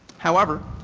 however,